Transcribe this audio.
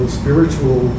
spiritual